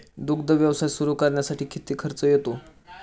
दुग्ध व्यवसाय सुरू करण्यासाठी किती खर्च येतो?